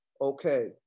Okay